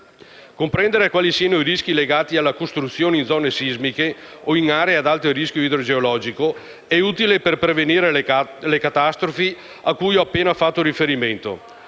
Comprendere quali siano i rischi legati alla costruzione in zone sismiche, o in aree ad alto rischio idrogeologico, è utile per prevenire le catastrofi a cui ho appena fatto riferimento.